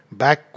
back